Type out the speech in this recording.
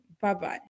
Bye-bye